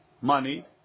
money